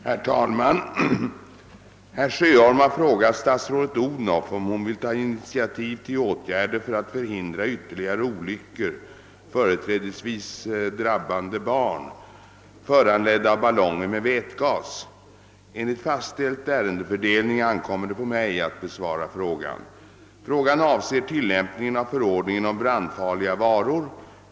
Herr talman! Herr Sjöholm har frågat statsrådet Odhnoff om hon vill ta initiativ till åtgärder för att förhindra ytterligare olyckor — företrädesvis drabbande barn — föranledda av ballonger med vätgas. Enligt fastställd ärendefördelning ankommer det på mig att besvara frågan. Frågan avser tillämpningen av förordningen om brandfarliga varor.